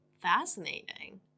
fascinating